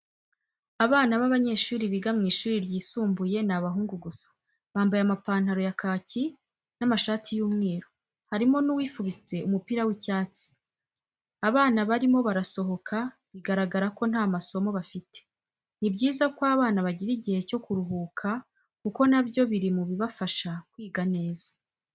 Abana b'abanyeshuri biga mu ishuri ryisumbuye ni abahungu gusa bambaye amapantaro ya kaki n'amashati y'umweru, harimo n'uwifubitse umupira w'icyatsi, abana barimo barasohoka bigaragara ko nta masomo bafite. Ni byiza ko abana bagira igihe cyo kuruhuka kuko nabyo biri mu bibafasha kwiga neza.